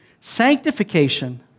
Sanctification